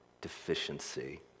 deficiency